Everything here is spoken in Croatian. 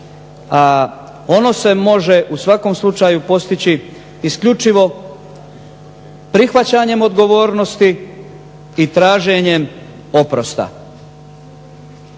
ono se može u svakom slučaju postići isključivo prihvaćanjem odgovornosti i traženjem oprosta.